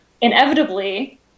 inevitably